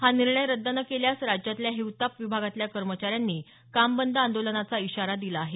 हा निर्णय रद्द न केल्यास राज्यातल्या हिवताप विभागातल्या कर्मचाऱ्यांनी काम बंद आंदोलनाचा इशारा दिला आहे